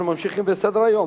אנחנו ממשיכים בסדר-היום.